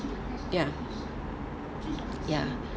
ya ya